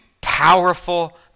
powerful